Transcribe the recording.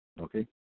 Okay